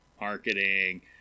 Marketing